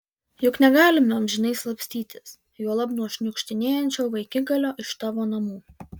juk negalime amžinai slapstytis juolab nuo šniukštinėjančio vaikigalio iš tavo namų